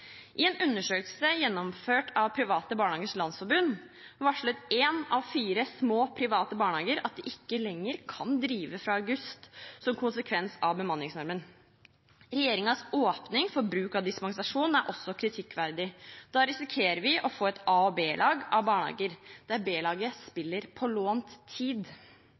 I en undersøkelse gjennomført av Private Barnehagers Landsforbund varslet én av fire små, private barnehager at de, som konsekvens av bemanningsnormen, ikke lenger kan drive fra august. Regjeringens åpning for bruk av dispensasjon er også kritikkverdig. Da risikerer vi å få et A- og B-lag av barnehager, der B-laget spiller på lånt tid.